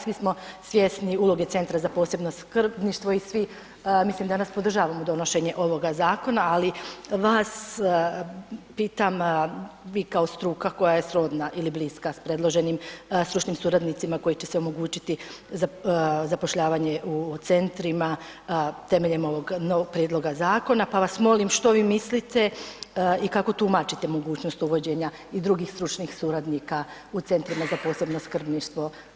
Svi smo svjesni uloge Centra za posebno skrbništvo i svi mislim danas podržavamo donošenje ovoga zakona, ali vas pitam vi kao struka koja je srodna ili bliska s predloženim stručnim suradnicima koji će se omogućiti zapošljavanje u centrima temeljem ovog novog prijedloga zakona, pa vas molim što vi mislite i kako tumačite mogućnost uvođenja i drugih stručnih suradnika u centrima za posebno skrbništvo?